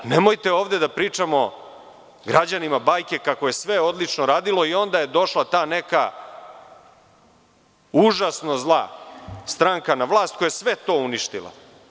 Nemojte ovde da pričamo građanima bajke kako je sve odlično radilo i onda je došla ta neka užasno zla stranka na vlast koja je sve to uništila.